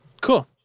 Cool